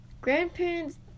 grandparents